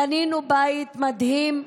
קנינו בית מדהים,